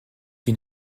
qui